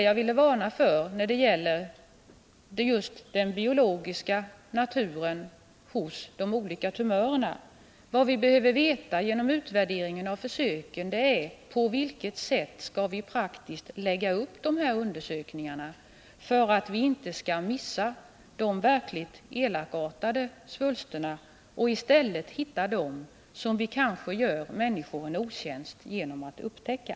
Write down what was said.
Jag ville varna just med tanke på den olika biologiska naturen hos tumörerna. Vad vi genom en utvärdering av försöken behöver veta är på vilket sätt vi praktiskt skall lägga upp de här undersökningarna för att inte missa de verkligt elakartade svulsterna och i stället hitta dem som vi kanske gör människorna en otjänst genom att upptäcka.